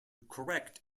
correct